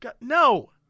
No